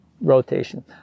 rotation